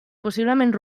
possiblement